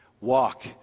walk